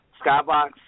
Skybox